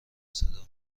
صدا